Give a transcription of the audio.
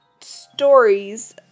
stories